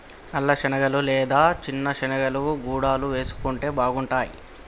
నల్ల శనగలు లేదా చిన్న శెనిగలు గుడాలు వేసుకుంటే బాగుంటాయ్